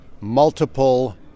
multiple